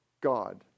God